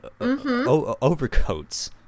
overcoats